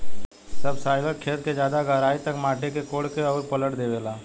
subsoiler खेत के ज्यादा गहराई तक माटी के कोड़ के अउरी पलट देवेला